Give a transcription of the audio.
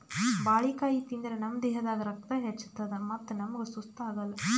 ಬಾಳಿಕಾಯಿ ತಿಂದ್ರ್ ನಮ್ ದೇಹದಾಗ್ ರಕ್ತ ಹೆಚ್ಚತದ್ ಮತ್ತ್ ನಮ್ಗ್ ಸುಸ್ತ್ ಆಗಲ್